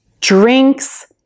drinks